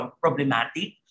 problematic